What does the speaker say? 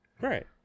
right